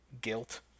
guilt